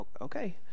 okay